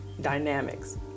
dynamics